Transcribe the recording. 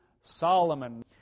Solomon